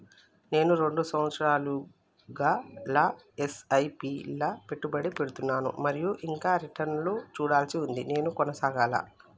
నేను రెండు సంవత్సరాలుగా ల ఎస్.ఐ.పి లా పెట్టుబడి పెడుతున్నాను మరియు ఇంకా రిటర్న్ లు చూడాల్సి ఉంది నేను కొనసాగాలా?